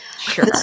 Sure